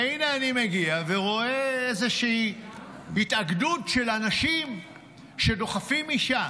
והינה אני מגיע ורואה איזושהי התאגדות של אנשים שדוחפים אישה.